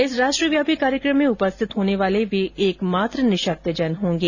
इस राष्ट्रव्यापी कार्यक्रम में उपस्थित होने वाले वे एकमात्र निःशक्तजन होंगे